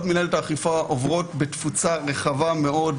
מינהלת האכיפה עוברות בתפוצה רחבה מאוד.